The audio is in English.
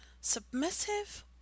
Submissive